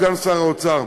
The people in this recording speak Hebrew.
סגן שר האוצר,